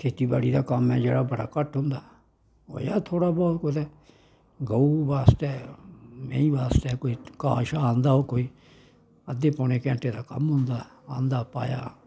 खेत्ती बाड़ी दा कम्म ऐ जेह्ड़ा बड़ा घट्ट होंदा होई जाह्ग थोह्ड़ा बौह्त कुतै गौऊ बास्तै मैहीं बास्तै कोई घाऽ शाह् आंदा कोई अद्धे पोनें घैंटे दा कम्म होंदा आंदा पाया